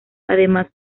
además